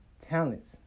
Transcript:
talents